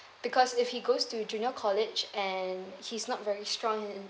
because if he goes to junior college and he's not very strong in